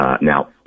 Now